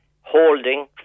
holding